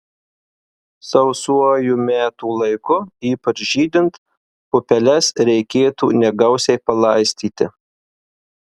sausuoju metų laiku ypač žydint pupeles reikėtų negausiai palaistyti